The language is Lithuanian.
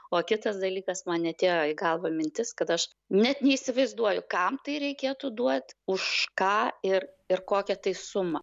o kitas dalykas man neatėjo į galvą mintis kad aš net neįsivaizduoju kam tai reikėtų duot už ką ir ir kokią tai sumą